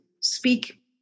speak